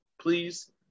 please